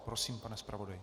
Prosím, pane zpravodaji.